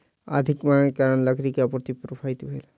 अधिक मांगक कारण लकड़ी के आपूर्ति प्रभावित भेल